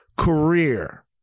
career